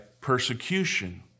persecution